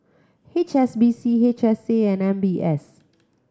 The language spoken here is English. H S B C H S A and M B S